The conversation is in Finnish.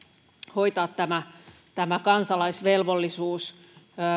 hoitaa tämä tämä kansalaisvelvollisuus